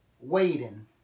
waiting